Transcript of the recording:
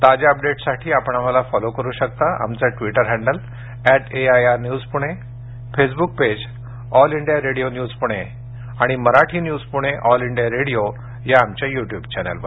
ताज्या अपडेट्ससाठी आपण आम्हाला फॉलो करू शकता आमचं Twitter handle at AIR news Pune Facebook page all India radio news Pune आणि Marathi news Pune all India radio या आमच्या युट्युब चॅनेलवर